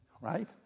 right